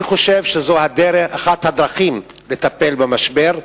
אני חושב שזו אחת הדרכים לטפל במשבר,